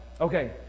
Okay